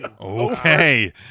okay